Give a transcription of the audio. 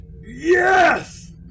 Yes